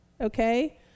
okay